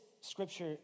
scripture